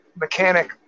mechanic